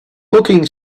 looking